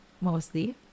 mostly